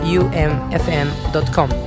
umfm.com